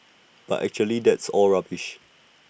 but actually that's all rubbish